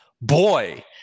boy